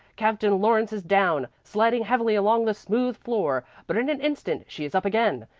captain lawrence is down, sliding heavily along the smooth floor but in an instant she is up again,